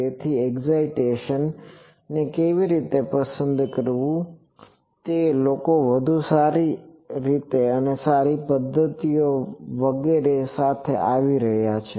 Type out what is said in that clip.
તેથી excitation coefficient ને કેવી રીતે પસંદ કરવું તે લોકો વધુ સારી અને સારી પદ્ધતિઓ વગેરે સાથે આવી રહ્યા છે